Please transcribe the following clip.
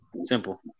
simple